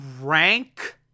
rank